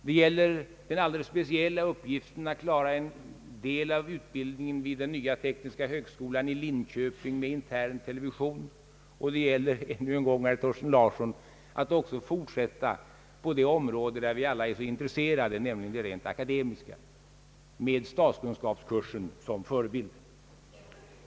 Det gäller den alldeles speciella uppgiften att klara en del av utbildningen vid den nya tekniska högskolan i Linköping med intern television. Och det gäller ännu en gång, herr Thorsten Larsson, att fortsätta på det område där vi alla är så intresserade, nämligen det rent akademiska med statskunskapskursen som förebild.